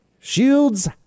Shields